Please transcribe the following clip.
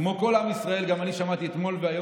כמו כל עם ישראל גם אני שמעתי אתמול והיום